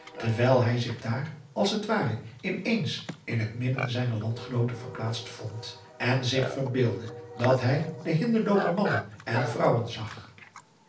dewijl hij zich daar als het ware in eens in het midden zijner landgenooten verplaatst vond en zich verbeeldde dat hij de hindelooper mannen en vrouwen zag